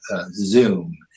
Zoom